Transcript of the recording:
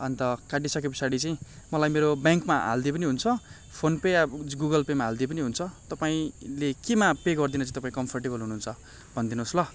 अन्त काटिसके पछाडि चाहिँ मलाई मेरो ब्याङ्कमा हालिदिए पनि हुन्छ फोन पे वा गुगलपेमा हालिदिए पनि हुन्छ तपाईँले केमा पे गरिदिनु चाहिँ तपाईँ कम्फर्टेबल हुनु हुन्छ भनिदिनु होस् ल